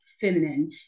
feminine